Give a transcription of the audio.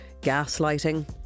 gaslighting